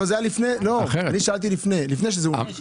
לא, אני שאלתי לפני כן.